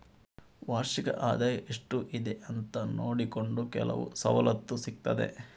ವಾರ್ಷಿಕ ಆದಾಯ ಎಷ್ಟು ಇದೆ ಅಂತ ನೋಡಿಕೊಂಡು ಕೆಲವು ಸವಲತ್ತು ಸಿಗ್ತದೆ